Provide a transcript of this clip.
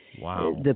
Wow